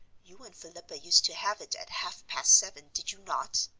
you and philippa used to have it at half-past seven, did you not?